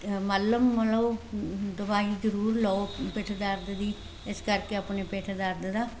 ਮੱਲਮ ਮਲੋ ਦਵਾਈ ਜ਼ਰੂਰ ਲਓ ਪਿੱਠ ਦਰਦ ਦੀ ਇਸ ਕਰਕੇ ਆਪਣੇ ਪਿੱਠ ਦਰਦ ਦਾ